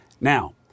now